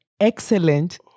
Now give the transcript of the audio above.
excellent